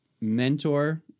mentor